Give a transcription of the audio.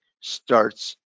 starts